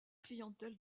clientèle